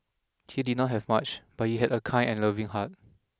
he did not have much but he had a kind and loving heart